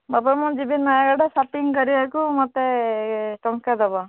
ବାପା ମୁଁ ଯିବି ନୟାଗଡ଼ ସପିଙ୍ଗ କରିବାକୁ ମୋତେ ଟଙ୍କା ଦେବ